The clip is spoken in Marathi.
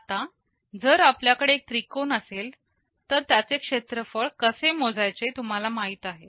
आता जर आपल्याकडे एक त्रिकोण असेल तर त्याचे क्षेत्रफळ कसे मोजायचे तुम्हाला माहित आहे